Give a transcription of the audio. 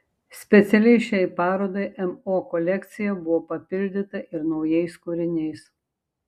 specialiai šiai parodai mo kolekcija buvo papildyta ir naujais kūriniais